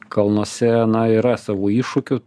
kalnuose na yra savų iššūkių